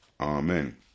Amen